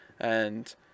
And-